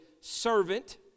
servant